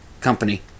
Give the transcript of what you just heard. company